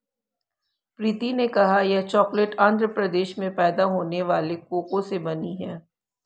प्रीति ने कहा यह चॉकलेट आंध्र प्रदेश में पैदा होने वाले कोको से बनी है